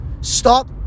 Stop